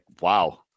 wow